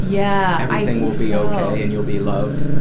yeah everything will be okay and you'll be loved?